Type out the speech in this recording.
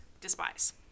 despise